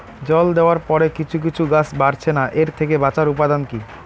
জল দেওয়ার পরে কিছু কিছু গাছ বাড়ছে না এর থেকে বাঁচার উপাদান কী?